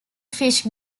fish